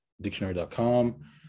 dictionary.com